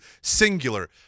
singular